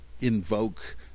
invoke